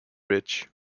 bridge